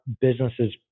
businesses